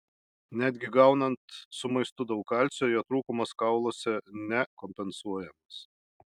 netgi gaunant su maistu daug kalcio jo trūkumas kauluose nekompensuojamas